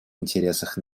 интересах